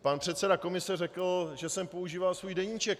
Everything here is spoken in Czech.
Pan předseda komise řekl, že jsem používal svůj deníček.